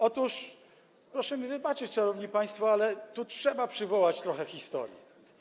Otóż, proszę mi wybaczyć, szanowni państwo, ale tu trzeba przywołać trochę historii.